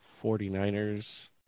49ers